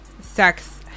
sex